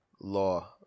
law